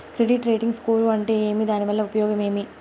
Credit rating score అంటే ఏమి దాని వల్ల ఉపయోగం ఏమి?